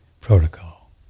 protocol